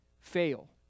fail